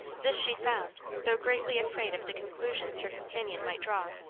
this she found, though greatly afraid of the conclusions her companion might draw.